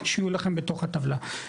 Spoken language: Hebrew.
שיהיו לכם בתוך הטבלה.